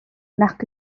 nac